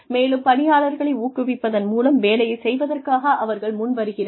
மேலும் பணியாளர்களை ஊக்குவிப்பதன் மூலம் வேலையைச் செய்வதற்காக அவர்கள் முன்வருகிறார்கள்